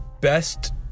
best